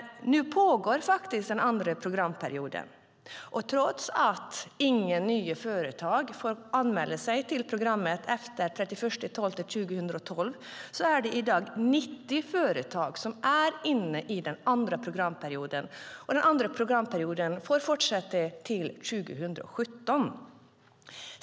Nu pågår den andra programperioden, och trots att inga nya företag får anmäla sig till programmet efter den 31 december 2012 är det i dag 90 företag som är inne i den andra programperioden, som får fortsätta till 2017.